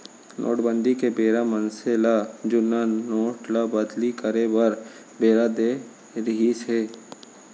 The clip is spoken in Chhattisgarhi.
नोटबंदी के बेरा मनसे ल जुन्ना नोट ल बदली करे बर बेरा देय रिहिस हे